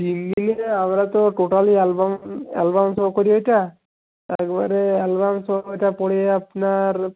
আমরা তো totally album album তো করি ওইটা একবারে একদম সব ওটা আপনার